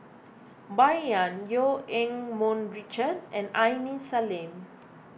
Bai Yan Eu Keng Mun Richard and Aini Salim